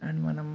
and మనం